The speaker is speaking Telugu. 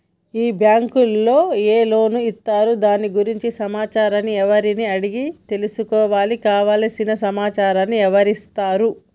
ఈ బ్యాంకులో ఏ లోన్స్ ఇస్తారు దాని గురించి సమాచారాన్ని ఎవరిని అడిగి తెలుసుకోవాలి? కావలసిన సమాచారాన్ని ఎవరిస్తారు?